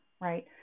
right